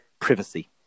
privacy